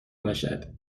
باشد